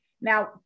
Now